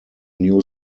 new